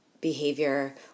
behavior